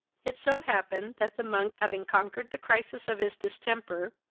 it so happened, that the monk, having conquered the crisis of his distemper,